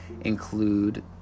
include